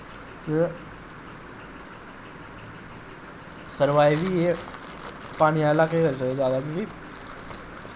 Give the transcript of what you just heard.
ते सर्वाइव वी एह् पानी आह्लै लाह्कै च करी सकदे जैदा क्योंकि